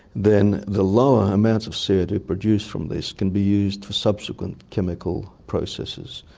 then the lower amounts of c o two produced from this can be used for subsequent chemical processes.